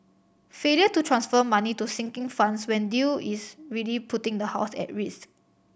failure to transfer money to sinking funds when due is really putting the house at risk